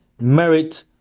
merit